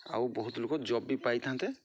ଆଉ ବହୁତ ଲୋକ ଜବ୍ ବି ପାଇଥାନ୍ତେ